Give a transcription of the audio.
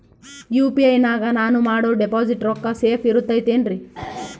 UPI ನಾಗ ನಾನು ಮಾಡೋ ಡಿಪಾಸಿಟ್ ರೊಕ್ಕ ಸೇಫ್ ಇರುತೈತೇನ್ರಿ?